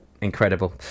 Incredible